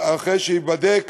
אחרי שייבדק,